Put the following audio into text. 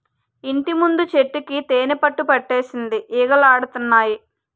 ఇంటిముందు చెట్టుకి తేనిపట్టులెట్టేసింది ఈగలాడతన్నాయి